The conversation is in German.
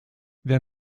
wer